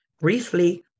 briefly